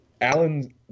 Alan –